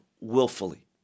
willfully